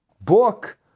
book